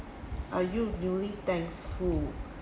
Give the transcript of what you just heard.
are you really thankful